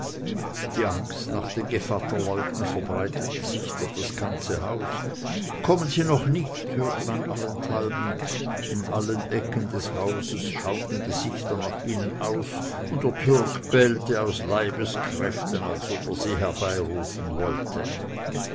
die angst nach den gevatterleuten verbreitete sich durchs ganze haus kommen sie noch nicht hörte man allenthalben in allen ecken des hauses schauten gesichter nach ihnen aus und der türk bellte aus leibeskräften als ob er sie herbeirufen wollte